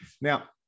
Now